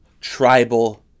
tribal